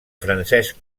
francesc